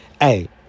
hey